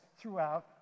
throughout